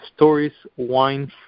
storieswines